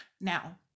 Now